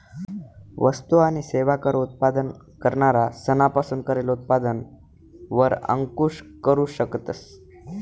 वस्तु आणि सेवा कर उत्पादन करणारा सना पासून करेल उत्पादन वर अंकूश करू शकतस